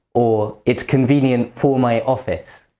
or it's convenient for my office.